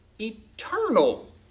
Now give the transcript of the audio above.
eternal